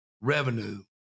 revenue